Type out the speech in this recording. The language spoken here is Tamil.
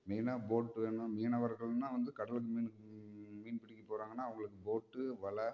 மெயினாக போட் வேணும் மீனவர்கள்னால் வந்து கடலுக்கு மீன் மீன் பிடிக்கப் போறாங்கன்னால் அவங்களுக்கு போட்டு வலை